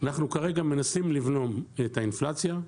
אנחנו כרגע מנסים לבלום את האינפלציה.